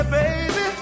baby